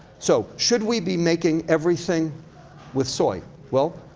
so, should we be making everything with soy? well,